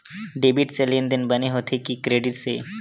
Debit से लेनदेन बने होथे कि क्रेडिट से?